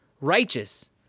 righteous